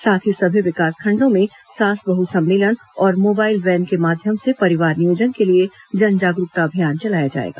साथ ही सभी विकासखंडों में सास बहू सम्मेलन और मोबाइल वैन के माध्यम से परिवार नियोजन के लिए जन जागरूकता अभियान चलाया जाएगा